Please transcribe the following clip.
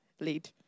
lead